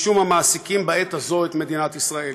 שמעסיקים בעת הזאת את מדינת ישראל.